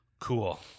Cool